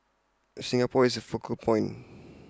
Singapore is the focal point